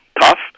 tough